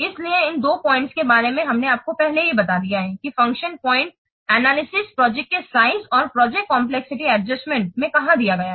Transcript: इसलिए इन दो पॉइंट के बारे में हमने आपको पहले ही बता दिया है कि यह फ़ंक्शन पॉइंट विश्लेषण project के साइज और project complexity adjustment project complexity adjustment में कहाँ दिया गया है